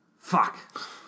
Fuck